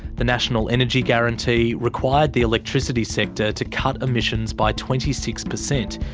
the national energy guarantee required the electricity sector to cut emissions by twenty six per cent.